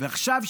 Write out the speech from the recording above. ועכשיו,